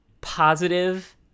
positive